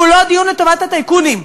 והוא לא דיון לטובת הטייקונים,